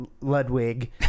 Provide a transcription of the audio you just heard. Ludwig